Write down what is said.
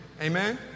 Amen